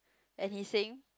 and he saying